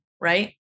Right